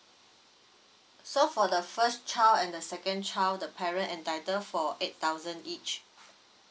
so for the first child and the second child the parent entitled for eight thousand each